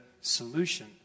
solution